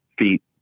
feet